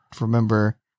remember